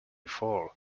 fall